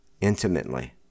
intimately